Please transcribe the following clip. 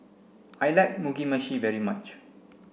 I like Mugi meshi very much